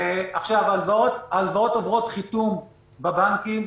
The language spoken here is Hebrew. עכשיו, ההלוואות עוברות חיתום בבנקים.